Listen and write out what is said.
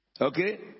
Okay